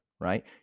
right